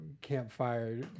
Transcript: campfire